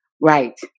Right